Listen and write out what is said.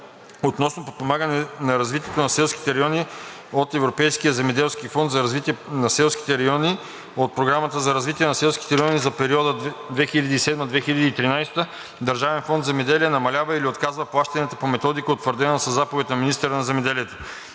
относно подпомагане на развитието на селските райони от Европейския земеделски фонд за развитие на селските райони (ЕЗФРСР), от Програмата за развитие на селските райони за периода 2007 – 2013 г., Държавен фонд „Земеделие“ намалява или отказва плащания по методика, утвърдена със заповед на министъра на земеделието.